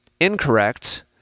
incorrect